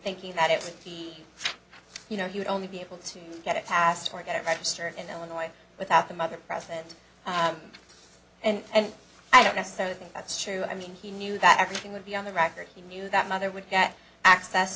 thinking that it would be you know he would only be able to get it passed or get it registered in illinois without the mother present and i don't necessarily think that's true i mean he knew that everything would be on the record he knew that mother would get access